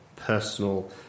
Personal